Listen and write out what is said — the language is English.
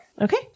Okay